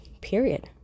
period